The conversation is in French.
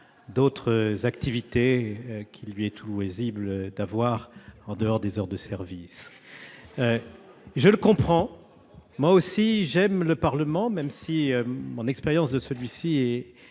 autres activités qu'il lui est loisible d'avoir en dehors des heures de service ... Cela prend quinze secondes ! Moi aussi, j'aime le Parlement, et même si mon expérience de celui-ci est